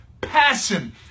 passion